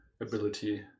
ability